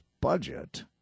budget